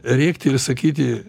rėkti ir sakyti